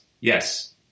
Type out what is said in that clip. Yes